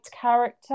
character